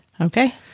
okay